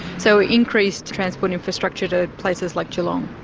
so increased transport infrastructure to places like geelong?